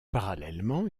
parallèlement